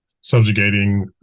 subjugating